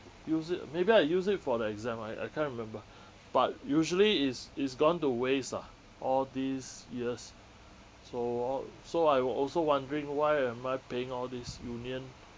use it maybe I use it for the exam I I can't remember but usually it's it's gone to waste ah all these years so all so I will also wondering why am I paying all these union